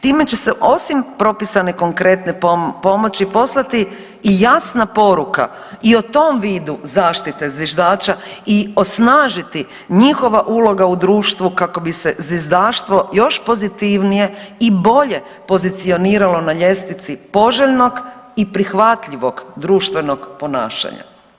Time će se osim propisane konkretne pomoći poslati i jasna poruka i o tom vidu zaštite zviždača i osnažiti njihova ulogu u društvu kako bi se zvizdaštvo još pozitivnije i bolje pozicioniralo na ljestvici poželjnog i prihvatljivog društvenog ponašanja.